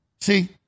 See